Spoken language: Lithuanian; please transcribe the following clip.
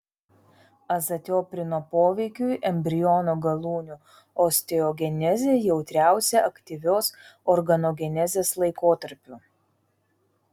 azatioprino poveikiui embriono galūnių osteogenezė jautriausia aktyvios organogenezės laikotarpiu